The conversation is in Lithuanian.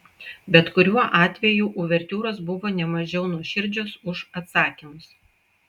bet kuriuo atveju uvertiūros buvo ne mažiau nuoširdžios už atsakymus